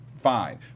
fine